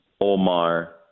Omar